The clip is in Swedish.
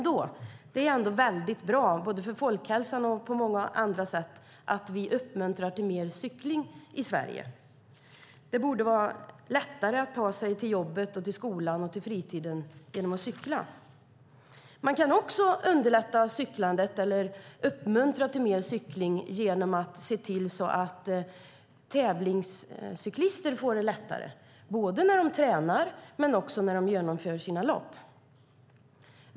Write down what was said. Det är dock bra för folkhälsan och mycket annat att vi uppmuntrar till mer cykling i Sverige. Det borde vara lättare att ta sig med cykel till jobb, skola och fritidsaktiviteter. Man kan också uppmuntra till mer cykling genom att underlätta för tävlingscyklister när de tränar och genomför sina lopp.